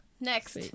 Next